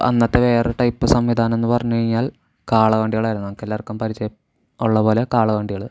അന്നത്തെ വേറേ ടൈപ്പ് സംവിധാനമെന്നു പറഞ്ഞുകഴിഞ്ഞാൽ കാളവണ്ടികളായിരുന്നു നമുക്കെല്ലാവർക്കും പരിചയം ഉള്ളപോലെ കാളവണ്ടികൾ